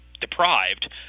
deprived